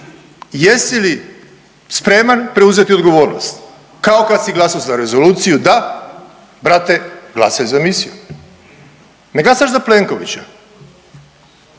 jesi li spreman preuzeti odgovornost kao kad si glasao za rezoluciju da, brate glasaj za misiju, ne glasaš za Plenkovića,